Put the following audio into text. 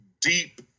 deep